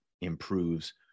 improves